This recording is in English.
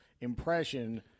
impression